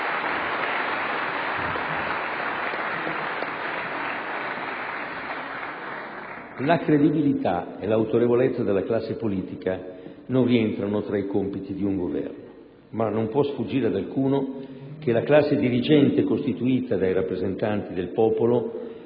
La credibilità e l'autorevolezza della classe politica non rientrano tra i compiti di un Governo, ma non può sfuggire ad alcuno che la classe dirigente è costituita dai rappresentanti del popolo: